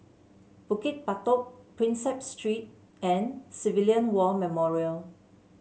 Bukit Batok Prinsep Street and Civilian War Memorial